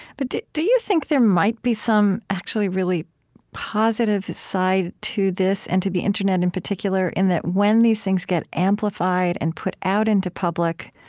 but do you think there might be some actually really positive side to this, and to the internet in particular, in that when these things get amplified and put out into public,